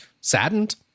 Saddened